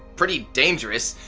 pretty dangerous,